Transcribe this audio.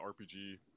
RPG